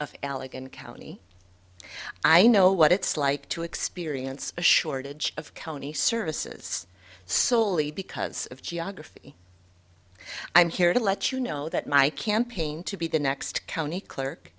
of allegheny county i know what it's like to experience a shortage of county services solely because of geography i'm here to let you know that my campaign to be the next county clerk